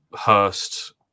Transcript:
Hurst